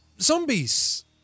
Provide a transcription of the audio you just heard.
zombies